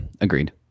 Agreed